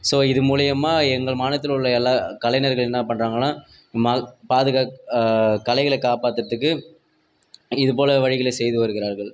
so இது மூலிமா எங்கள் மாநிலத்தில் உள்ள எல்லா கலைஞர்கள் என்னா பண்ணுறாங்கனா ம பாதுகாக் கலைகளை காப்பாற்றுறதுக்கு இதுப்போல் வழிகளை செய்து வருகிறார்கள்